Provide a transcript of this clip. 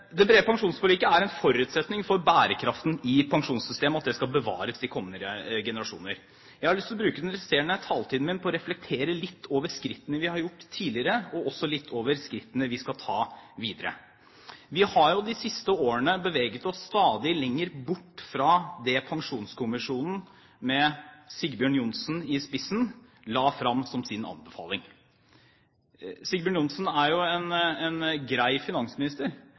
Det brede pensjonsforliket er en forutsetning for bærekraften i pensjonssystemet, at det skal bevares i de kommende generasjoner. Jeg har lyst til å bruke den resterende taletiden min til å reflektere litt over skrittene vi har gjort tidligere, og også litt over skrittene vi skal ta videre. Vi har de siste årene beveget oss stadig lenger bort fra det Pensjonskommisjonen, med Sigbjørn Johnsen i spissen, la fram som sin anbefaling. Sigbjørn Johnsen er en grei finansminister,